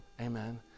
Amen